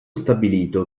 stabilito